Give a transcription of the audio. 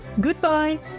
Goodbye